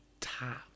Top